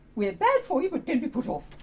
we're bad for you but don't be put off!